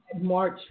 March